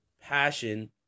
passion